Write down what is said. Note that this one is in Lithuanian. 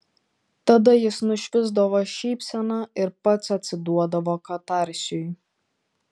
tada jis nušvisdavo šypsena ir pats atsiduodavo katarsiui